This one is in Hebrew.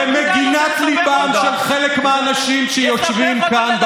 למגינת ליבם של חלק מהאנשים שיושבים כאן,